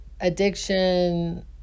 addiction